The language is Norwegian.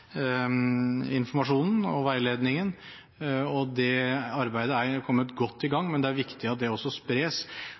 informasjonen og veiledningen. Det arbeidet er kommet godt i gang, men det er viktig at det også spres.